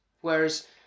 Whereas